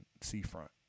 seafront